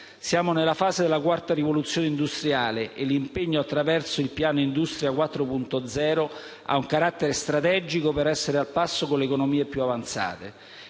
Siamo nella fase della quarta rivoluzione industriale e l'impegno attraverso il Piano nazionale industria 4.0 ha carattere strategico per essere al passo con le economie più avanzate.